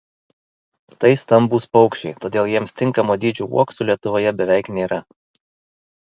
tai stambūs paukščiai todėl jiems tinkamo dydžio uoksų lietuvoje beveik nėra